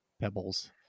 Pebbles